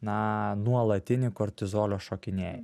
na nuolatinį kortizolio šokinėj